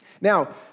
Now